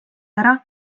ära